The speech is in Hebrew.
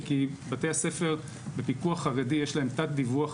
בתי הספר בפיקוח חרדי יש להם תת דיווח